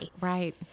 Right